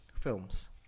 films